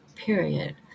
Period